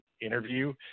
interview